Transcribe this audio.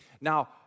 Now